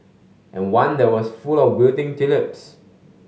and one that was full of wilting tulips